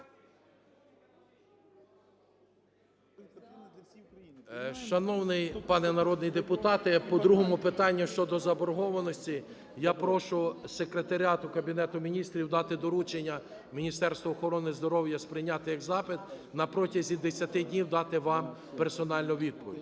Шановний пане народний депутате, по другому питанню, щодо заборгованості, я прошу Секретаріат Кабінету Міністрів дати доручення Міністерству охорони здоров'я сприйняти як запит, на протязі 10 днів дати вам персональну відповідь.